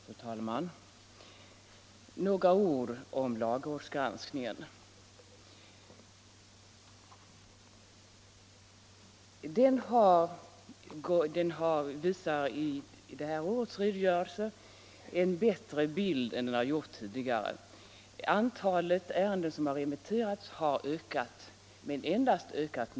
Nr 113 Fru talman! Några ord om lagrådsgranskningen. Torsdagen den Den uppvisar i årets redogörelse en bättre bild än tidigare. Antalet 29 april 1976 ärenden som remitterats har ökat.